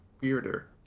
weirder